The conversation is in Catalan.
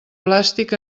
plàstic